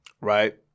right